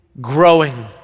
growing